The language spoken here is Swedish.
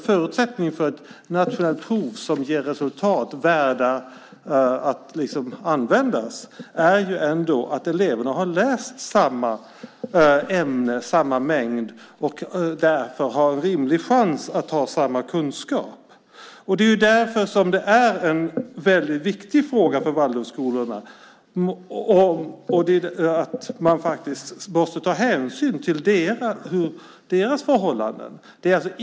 Förutsättningen för ett nationellt prov som ger resultat värda att användas är att eleverna har läst samma ämnen och samma mängd och därför har en rimlig chans att ha samma kunskap. Det är därför som det är en väldigt viktig fråga för Waldorfskolorna att man tar hänsyn till deras förhållanden.